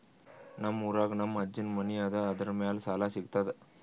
ನಮ್ ಊರಾಗ ನಮ್ ಅಜ್ಜನ್ ಮನಿ ಅದ, ಅದರ ಮ್ಯಾಲ ಸಾಲಾ ಸಿಗ್ತದ?